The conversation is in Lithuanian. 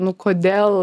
nu kodėl